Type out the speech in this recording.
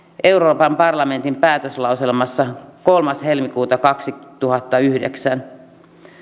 euroopan parlamentin päätöslauselmassa kolmas helmikuuta kaksituhattayhdeksän